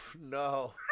no